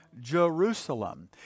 Jerusalem